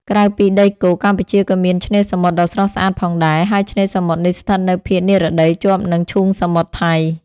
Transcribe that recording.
ក្រៅពីដីគោក កម្ពុជាក៏មានឆ្នេរសមុទ្រដ៏ស្រស់ស្អាតផងដែរ ហើយឆ្នេរសមុទ្រនេះស្ថិតនៅភាគនិរតីជាប់នឹង ឈូងសមុទ្រថៃ។